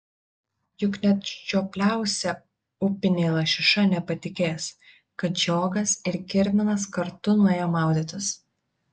juk net žiopliausia upinė lašiša nepatikės kad žiogas ir kirminas kartu nuėjo maudytis